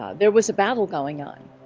ah there was a battle going on